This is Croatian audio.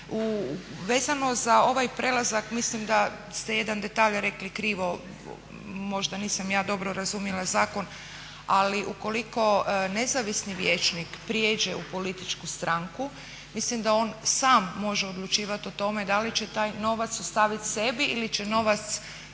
Vezano za ovaj prelazak mislim da ste jedan detalj rekli krivo, možda nisam ja dobro razumjela zakon. Ali ukoliko nezavisni vijećnik prijeđe u političku stranku, mislim da on sam može odlučivat o tome da li će taj novac ostavit sebi ili će novac